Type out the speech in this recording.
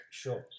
sure